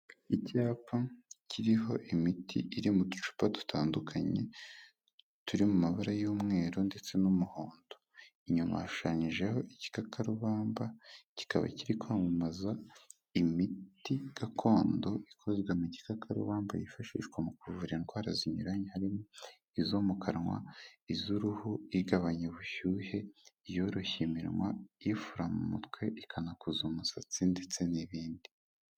Icyapa kiriho imiti iri mu ducupa dutandukanye turi mu mabara y'umweru ndetse n'umuhondo inyuma yashushanyijeho igikakarubamba kikaba kiri kwamamaza imiti gakondo ikozwe mu gikakarubamba yifashishwa mu kuvura indwara zinyuranye harimo izo mu kanwa iz'uruhu igabanya ubushyuhe iyoroshya iminwa, ifura mu mutwe ikanakuza umusatsi ndetse n'ibindi.